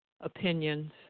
opinions